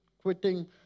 quitting